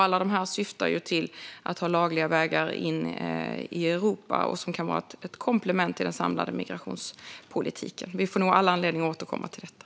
Alla dessa delar syftar till att skapa lagliga vägar in i Europa och kan vara ett komplement till den samlade migrationspolitiken. Vi får nog all anledning att återkomma till detta.